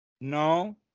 No